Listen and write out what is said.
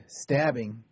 stabbing